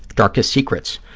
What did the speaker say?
darkest secrets.